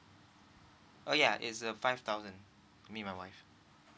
oh ya it's a five thousand me and my wife